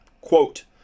quote